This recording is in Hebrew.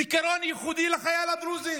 זיכרון ייחודי לחייל הדרוזי?